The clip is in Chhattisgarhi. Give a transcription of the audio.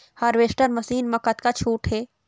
हारवेस्टर मशीन मा कतका छूट हे?